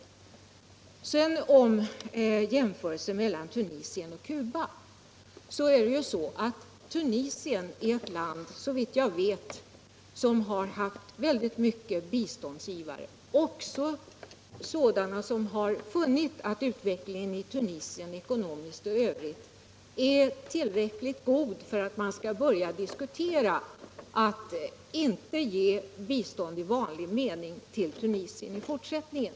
I fråga om jämförelsen mellan Tunisien och Cuba vill jag framhålla att Tunisien är ett land som, såvitt jag vet, har haft många biståndsgivare, också sådana som har funnit att utvecklingen i Tunisien, ekonomiskt och i övrigt, är tillräckligt god för att man skall kunna börja diskutera att inte ge bistånd i vanlig mening till Tunisien i fortsättningen.